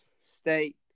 State